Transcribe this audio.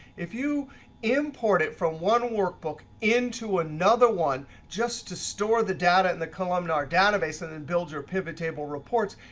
if you import it from one workbook into another one just to store the data in the columnar database and then build your pivot table reports,